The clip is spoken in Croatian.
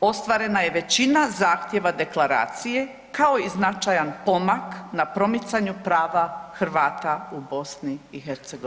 ostvarena je većina zahtjeva deklaracije, kao i značajan pomak na promicanju prava Hrvata u BiH.